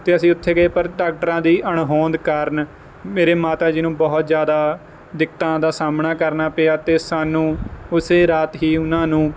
ਅਤੇ ਅਸੀਂ ਉੱਥੇ ਗਏ ਪਰ ਡਾਕਟਰਾਂ ਦੀ ਅਣਹੋਂਦ ਕਾਰਨ ਮੇਰੇ ਮਾਤਾ ਜੀ ਨੂੰ ਬਹੁਤ ਜ਼ਿਆਦਾ ਦਿੱਕਤਾਂ ਦਾ ਸਾਹਮਣਾ ਕਰਨਾ ਪਿਆ ਅਤੇ ਸਾਨੂੰ ਉਸੇ ਰਾਤ ਹੀ ਉਹਨਾਂ ਨੂੰ